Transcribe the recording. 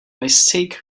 mistake